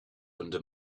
under